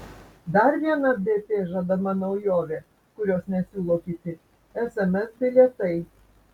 dar viena bp žadama naujovė kurios nesiūlo kiti sms bilietai